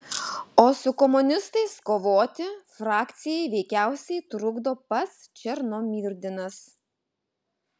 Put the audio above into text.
o su komunistais kovoti frakcijai veikiausiai trukdo pats černomyrdinas